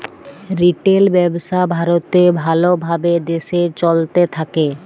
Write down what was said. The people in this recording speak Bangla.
রিটেল ব্যবসা ভারতে ভাল ভাবে দেশে চলতে থাক্যে